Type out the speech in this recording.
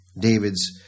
David's